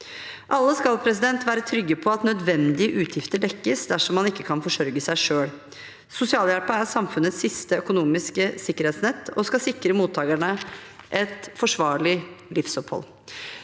Alle skal være trygge på at nødvendige utgifter dekkes dersom man ikke kan forsørge seg selv. Sosialhjelpen er samfunnets siste økonomiske sikkerhetsnett og skal sikre mottakerne et forsvarlig livsopphold.